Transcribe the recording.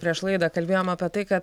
prieš laidą kalbėjome apie tai ka